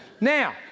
Now